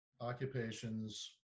occupations